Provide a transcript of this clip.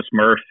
Smurf